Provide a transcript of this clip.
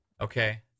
Okay